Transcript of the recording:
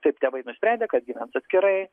taip tėvai nusprendė kad gyvens atskirai